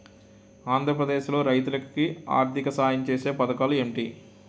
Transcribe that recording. ఆంధ్రప్రదేశ్ లో రైతులు కి ఆర్థిక సాయం ఛేసే పథకాలు ఏంటి?